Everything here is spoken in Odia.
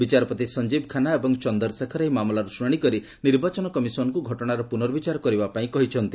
ବିଚାରପତି ସଙ୍କୀବ ଖାନ୍ନା ଏବଂ ଚନ୍ଦର ଶେଖର ଏହି ମାମଲାର ଶୁଣାଣି କରି ନିର୍ବାଚନ କମିଶନଙ୍କୁ ଘଟଣାର ପୁନର୍ବିଚାର କରିବା ପାଇଁ କହିଛନ୍ତି